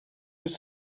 was